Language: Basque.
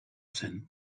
zen